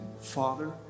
Father